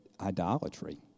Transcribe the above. idolatry